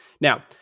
Now